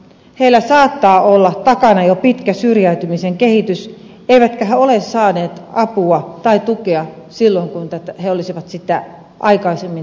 heillä saattaa olla takana jo pitkä syrjäytymisen kehitys eivätkä he ole saaneet apua tai tukea silloin kun he olisivat sitä aikaisemmin tarvinneet